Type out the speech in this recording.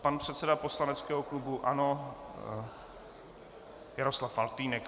Pan předseda poslaneckého klubu ANO Jaroslav Faltýnek.